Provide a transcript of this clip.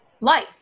life